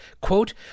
quote